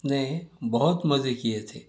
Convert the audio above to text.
نے بہت مزے کیے تھے